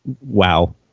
Wow